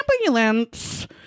ambulance